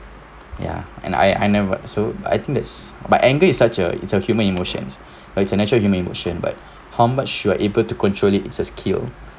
ya and I I never so I think it's my anger is such a it's a human emotions ya it's natural human emotion but how much you are able to control it it's a skill